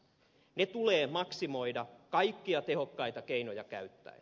ne tulee maksimoida kaikkia tehokkaita keinoja käyttäen